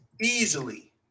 easily